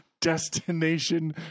destination